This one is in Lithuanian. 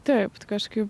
taip kažkaip